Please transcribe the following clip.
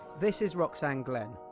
this is roxanne glen,